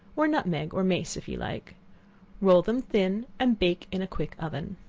or nutmeg, or mace if you like roll them thin, and bake in a quick oven.